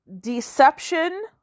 deception